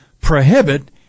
prohibit